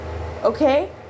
Okay